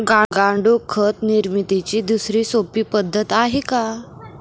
गांडूळ खत निर्मितीची दुसरी सोपी पद्धत आहे का?